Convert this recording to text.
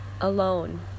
alone